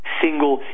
single